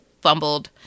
fumbled